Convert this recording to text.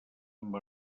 amb